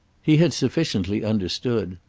he had sufficiently understood.